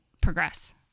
progress